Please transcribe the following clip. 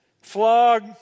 Flog